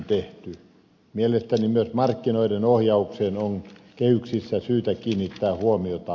mielestäni myös markkinoiden ohjaukseen on kehyksissä syytä kiinnittää huomiota